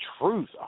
truth